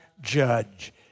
judge